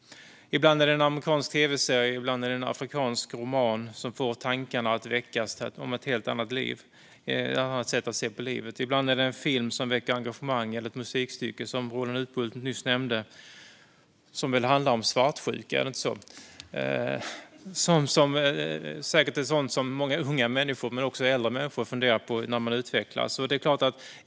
Ibland är det en amerikansk tv-serie, och ibland är det en afrikansk roman som får tankarna att väckas om ett helt annat liv och ett helt annat sätt att se på livet. Ibland är det en film som väcker engagemang eller ett musikstycke, som det Roland Utbult nyss nämnde. Det handlar väl om svartsjuka - är det inte så? Det är säkert sådant som många unga människor, men också äldre, funderar på när man utvecklas.